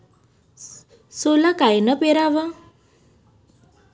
सोला कायनं पेराव?